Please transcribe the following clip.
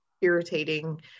irritating